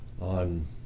on